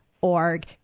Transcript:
org